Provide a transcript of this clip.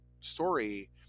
story